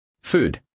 food